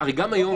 הרי גם היום,